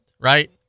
right